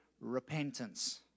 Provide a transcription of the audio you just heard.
repentance